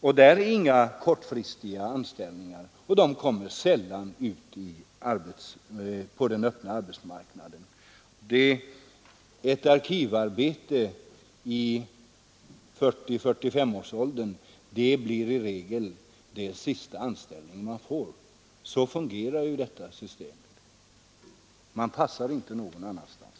Och där finns det inga kortfristiga anställningar. Arkivarbetarna kommer sällan ut på den öppna arbetsmarknaden. För en arkivarbetare på 40 eller 45 år är just arkivarbetet i de flesta fall det sista jobb han får i sitt liv. Så fungerar systemet. Han passar oftast inte någon annanstans.